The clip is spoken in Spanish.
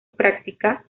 práctica